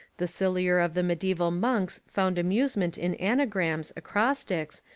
the sillier of the mediaeval monks found amusement in anagrams, acrostics,